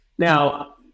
Now